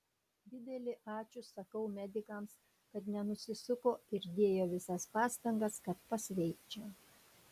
didelį ačiū sakau medikams kad nenusisuko ir dėjo visas pastangas kad pasveikčiau